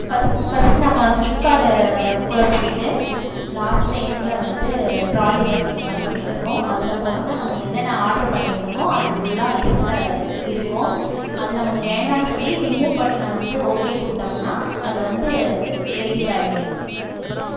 ஃபஸ் ஃபஸ்ட்டு நம்ம ஃப்ளிப்கார்டு குள்ளே போய்விட்டு லாஸ்ட் எண்டில் வந்து ட்ராலி பக்கெட் மாதிரி ஒன்று இருக்கும் அதில் போனம்னால் நம்ம என்னென்ன ஆடர் பண்ணியிருந்தமோ அது ஃபுல்லாக லிஸ்ட்டில் இருக்கும் அது நமக்கு வேண்டான்னு சொல்லி ரிமூவ் பட்னை வந்து ஓகே கொடுத்தம்னா அது வந்து டெலிட் ஆகிடும்